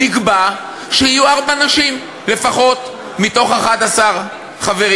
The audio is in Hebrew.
נקבע שיהיו ארבע נשים לפחות מתוך 11 חברים.